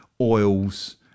oil's